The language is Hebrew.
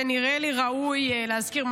ונראה לי ראוי להזכיר,